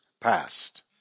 passed